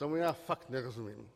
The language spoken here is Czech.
Tomu já fakt nerozumím.